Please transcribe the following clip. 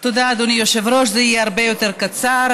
תודה, אדוני היושב-ראש, זה יהיה הרבה יותר קצר.